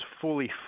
fully